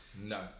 no